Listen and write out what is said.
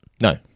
No